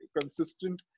consistent